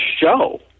show